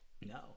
No